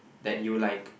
that you like